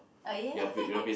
oh yeah